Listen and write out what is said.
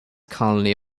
colony